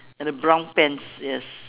and the brown pants yes